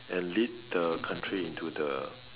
and lead the country into the